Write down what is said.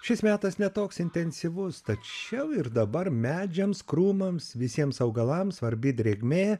šis metas ne toks intensyvus tačiau ir dabar medžiams krūmams visiems augalams svarbi drėgmė